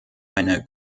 einer